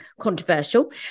controversial